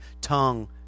tongue